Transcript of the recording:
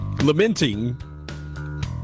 lamenting